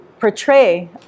portray